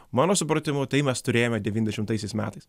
mano supratimu tai mes turėjome devyniasdešimtaisiais metais